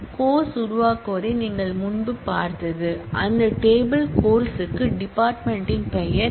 course உருவாக்குவதை நீங்கள் முன்பு பார்த்தது அந்த டேபிள் கோர்ஸ் க்கு டிபார்ட்மென்ட் யின் பெயர் தேவை